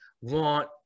want